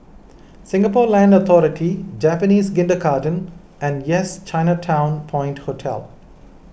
Singapore Land Authority Japanese Kindergarten and Yes Chinatown Point Hotel